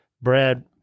Brad